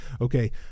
okay